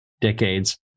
decades